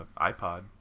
iPod